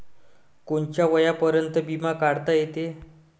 कोनच्या वयापर्यंत बिमा काढता येते?